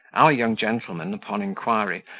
our young gentleman, upon inquiry,